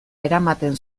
eramaten